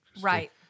Right